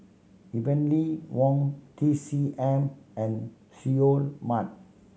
Heavenly Wang T C M and Seoul Mart